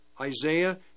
Isaiah